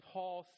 Paul